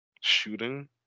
shooting